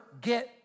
get